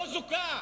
לא זוכה.